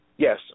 Yes